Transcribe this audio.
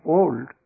old